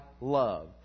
love